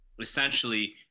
Essentially